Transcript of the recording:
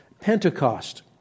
Pentecost